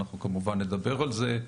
אנחנו, כמובן, נדבר על זה.